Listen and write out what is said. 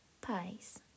Pies